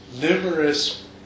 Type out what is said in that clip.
numerous